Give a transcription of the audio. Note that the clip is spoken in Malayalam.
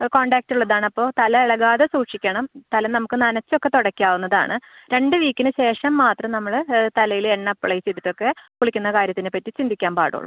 കോൺടാക്റ്റുള്ളതാണപ്പോൾ തല ഇളകാതെ സൂക്ഷിക്കണം തല നമുക്ക് നനച്ചൊക്കെ തുടക്കാവുന്നതാണ് രണ്ട് വീക്കിന് ശേഷം മാത്രം നമ്മൾ തലയിൽ എണ്ണ അപ്ലൈ ചെയ്തിട്ടൊക്കെ കുളിക്കുന്ന കാര്യത്തിനെ പറ്റി ചിന്തിക്കാൻ പാടുള്ളൂ